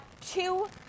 two